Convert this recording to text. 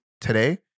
today